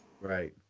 Right